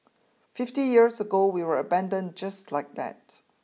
fifty years ago we were abandoned just like that